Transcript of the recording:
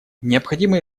необходимы